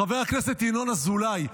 חבר הכנסת ינון אזולאי,